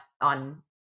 on